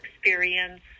experience